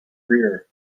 rear